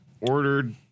ordered